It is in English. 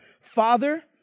Father